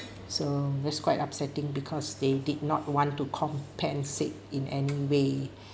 so this quite upsetting because they did not want to compensate in any way